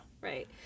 Right